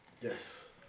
Yes